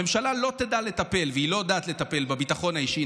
הממשלה לא תדע לטפל והיא לא יודעת לטפל בביטחון האישי,